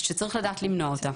שצריך לדעת למנוע אותה.